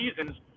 seasons